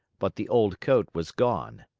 but the old coat was gone.